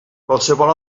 qualsevol